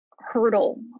hurdle